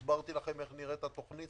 הסברתי לכם איך נראית התוכנית.